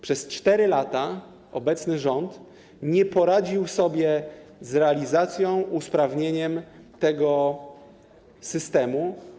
Przez 4 lata obecny rząd nie poradził sobie z realizacją, usprawnieniem tego systemu.